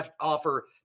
offer